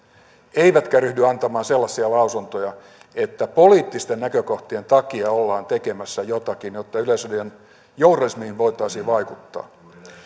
eivätkä ryhdy antamaan sellaisia lausuntoja että poliittisten näkökohtien takia ollaan tekemässä jotakin jotta yleisradion journalismiin voitaisiin vaikuttaa